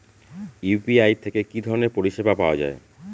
UPI থেকে কি ধরণের পরিষেবা পাওয়া য়ায়?